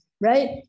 right